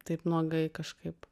taip nuogai kažkaip